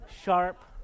sharp